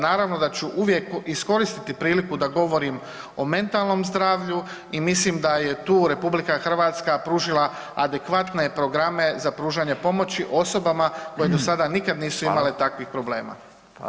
Naravno da ću uvijek iskoristiti priliku da govorim o mentalnom zdravlju i mislim da je tu RH pružila adekvatne programe za pružanje pomoći osobama koje do sada nikad nisu imale [[Upadica: Hvala.]] takvih problema.